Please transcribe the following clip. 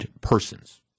persons